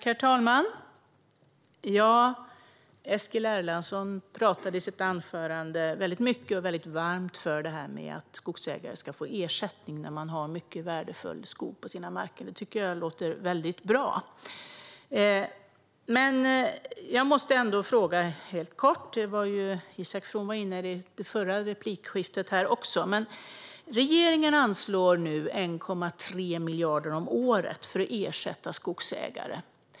Herr talman! Eskil Erlandsson talade i sitt anförande väldigt mycket och varmt om att skogsägare ska få ersättning när de har mycket värdefull skog på sina marker. Det tycker jag låter väldigt bra. Men jag måste ändå helt kort fråga om något som Isak From också var inne på i det förra replikskiftet. Regeringen anslår nu 1,3 miljarder om året för att ersätta skogsägare.